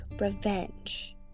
revenge